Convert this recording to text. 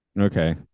okay